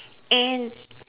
and